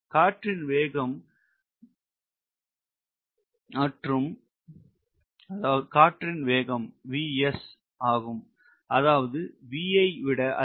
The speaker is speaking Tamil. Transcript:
காற்றின் வேகம் Vs ஆகும் அதாவது V ஐ விட அதிகம்